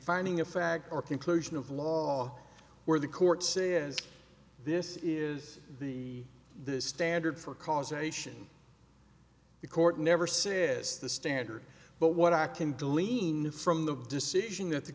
finding of fact or conclusion of law where the court say is this is the the standard for causation the court never says the standard but what i can dilema from the decision that the